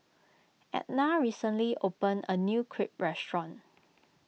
Edna recently opened a new Crepe restaurant